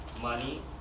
money